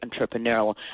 entrepreneurial